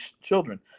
children